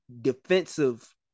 defensive